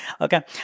Okay